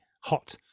hot